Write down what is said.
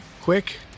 quick